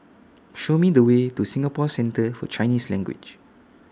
Show Me The Way to Singapore Centre For Chinese Language